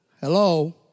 Hello